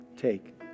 Take